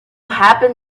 happen